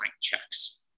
checks